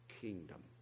kingdom